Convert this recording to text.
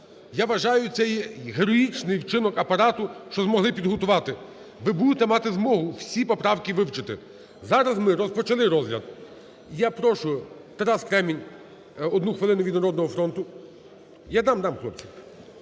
Я вважаю, це є героїчний вчинок Апарату, що змогли підготувати. Ви будете мати змогу всі поправки вивчити. Зараз ми розпочали розгляд. Я прошу Тарас Кремінь, 1 хвилина, від "Народного фронту". Я дам-дам, хлопці.